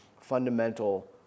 fundamental